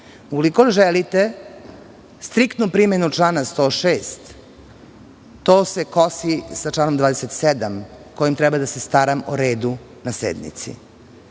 Ukoliko želite striktnu primenu člana 106, to se kosi sa članom 27. kojim treba da se staram o redu na sednici. Ako